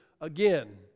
again